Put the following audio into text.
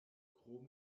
krom